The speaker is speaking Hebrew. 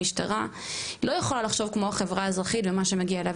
המשטרה לא יכולה לחשוב כמו החברה האזרחית ומה שמגיע לה,